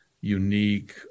unique